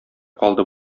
калды